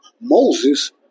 Moses